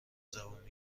زبون